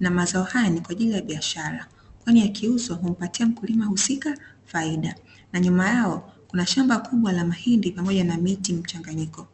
na mazao hayo ni kwa ajili ya biashara, kwani yakiuzwa humpatia mkulima husika faida na nyuma yao kuna shamba kubwa la mahindi pamoja na miti mchanganyiko.